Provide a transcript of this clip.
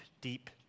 deep